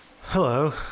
Hello